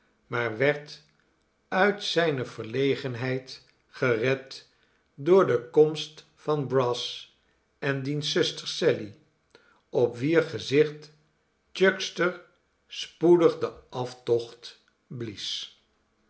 maar werd uit zijne verlegenheid gered door de komst van brass en diens zuster sally op wier gezicht chuckster spoedig den aftocht blies